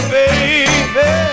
baby